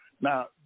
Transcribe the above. Now